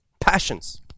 passions